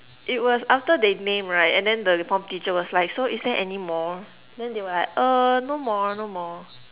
it was after they name right and then the form teacher was like so is there any more then they were like err no more no more